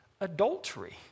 adultery